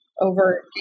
over